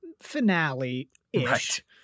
finale-ish